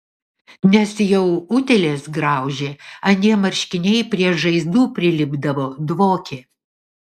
nes jau utėlės graužė anie marškiniai prie žaizdų prilipdavo dvokė